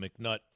McNutt